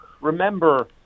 remember